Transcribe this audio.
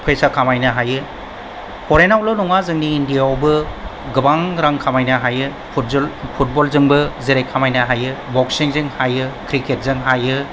फैसा खामायनो हायो फरेनावल' नङा जोंनि इन्डियायावबो गोबां रां खामायनो हायो फुटबलजोंबो जेरै खामायनो हायो बक्सिंजों हायो क्रिकेटजों हायो